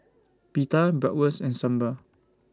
Pita Bratwurst and Sambar